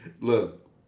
Look